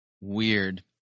weird